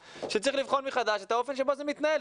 שצריך לבחון מחדש את האופן שבו זה מתנהל.